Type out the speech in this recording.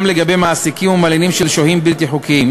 לגבי מעסיקים ומלינים של שוהים בלתי חוקיים,